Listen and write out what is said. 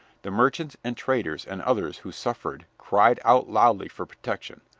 the merchants and traders and others who suffered cried out loudly for protection,